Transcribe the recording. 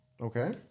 Okay